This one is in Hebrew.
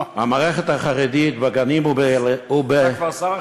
המערכת החרדית בגנים, הוא כבר שר החינוך?